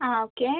ആ ഓക്കെ